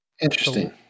Interesting